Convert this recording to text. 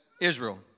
Israel